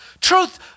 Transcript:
Truth